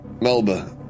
Melba